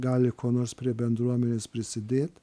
gali kuo nors prie bendruomenės prisidėt